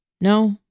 No